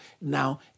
now